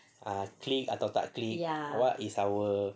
ah click atau tak click what is our